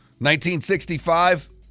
1965